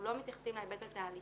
אנחנו לא מתייחסים להיבט התהליכי,